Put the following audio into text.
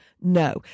no